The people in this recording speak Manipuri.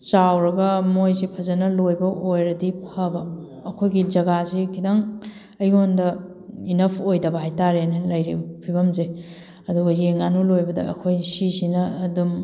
ꯆꯥꯎꯔꯒ ꯃꯣꯏꯁꯦ ꯐꯖꯅ ꯂꯣꯏꯕ ꯑꯣꯏꯔꯗꯤ ꯐꯕ ꯑꯩꯈꯣꯏꯒꯤ ꯖꯒꯥꯁꯦ ꯈꯤꯇꯪ ꯑꯩꯉꯣꯟꯗ ꯏꯅꯞ ꯑꯣꯏꯗꯕ ꯍꯥꯏꯇꯥꯔꯦꯅꯦ ꯂꯩꯔꯤꯕ ꯐꯤꯕꯝꯁꯦ ꯑꯗꯨꯒ ꯌꯦꯟ ꯉꯥꯅꯨ ꯂꯣꯏꯕꯗ ꯑꯩꯈꯣꯏ ꯁꯤꯁꯤꯅ ꯑꯗꯨꯝ